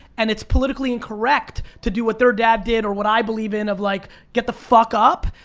and it's politically incorrect to do what their dad did or what i believe in of like get the fuck up,